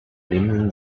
nehmen